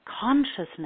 consciousness